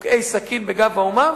תוקעי סכין בגב האומה,